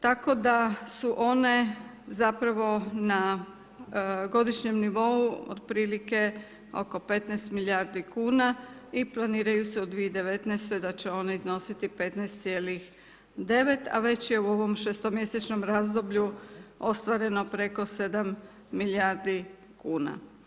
Tako da su one zapravo na godišnjem nivou otprilike oko 15 milijardi kn i planiraju se u 2019. da će one iznositi 15,9 a već je u ovom šestomjesečnom razdoblju ostvareno preko 7 milijardi kn.